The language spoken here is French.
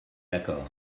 d’accord